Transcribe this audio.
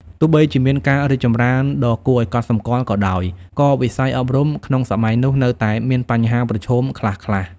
ទោះបីជាមានការរីកចម្រើនដ៏គួរឱ្យកត់សម្គាល់ក៏ដោយ ក៏វិស័យអប់រំក្នុងសម័យនោះនៅតែមានបញ្ហាប្រឈមខ្លះៗ។